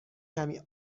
کمی